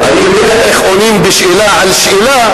אני יודע איך עונים בשאלה על שאלה,